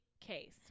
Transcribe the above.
case